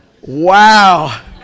Wow